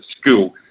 school